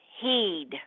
heed